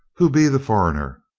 who be the furriner?